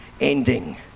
ending